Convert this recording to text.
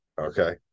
okay